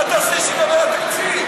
מה תעשה כשייגמר התקציב?